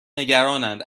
نگرانند